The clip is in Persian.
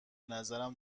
نظرم